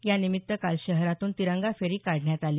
यानिमित्त काल शहरातून तिरंगा फेरी काढण्यात आली